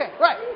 right